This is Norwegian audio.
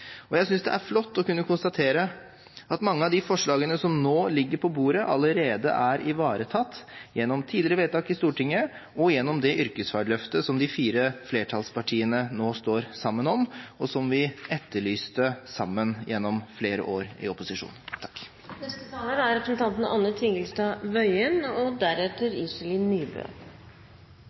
og jeg synes det er flott å kunne konstatere at mange av de forslagene som nå ligger på bordet, allerede er ivaretatt gjennom tidligere vedtak i Stortinget og gjennom det yrkesfagløftet som de fire flertallspartiene nå står sammen om, og som vi etterlyste sammen gjennom flere år i opposisjon.